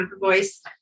voice